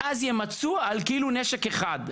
אז ימצו על כאילו נשק אחד.